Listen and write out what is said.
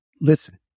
Listen